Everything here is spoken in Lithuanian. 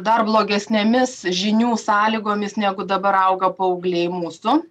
dar blogesnėmis žinių sąlygomis negu dabar auga paaugliai mūsų